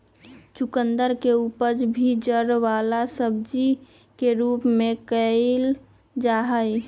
चुकंदर के उपज भी जड़ वाला सब्जी के रूप में कइल जाहई